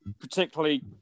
particularly